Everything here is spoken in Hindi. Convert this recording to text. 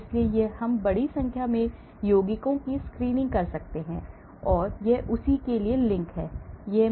इसलिए हम बड़ी संख्या में यौगिकों को स्क्रीन कर सकते हैं यह उसी के लिए लिंक है